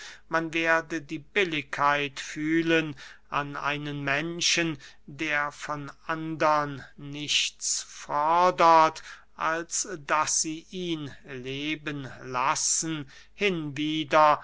man werde die billigkeit fühlen an einen menschen der von andern nichts fordert als daß sie ihn leben lassen hinwieder